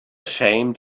ashamed